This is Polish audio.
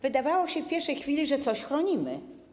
Wydawało się w pierwszej chwili, że coś chronimy.